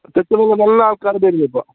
തെക്കു നിന്നുള്ള നല്ല ആൾക്കാർ വരുന്നിപ്പോൾ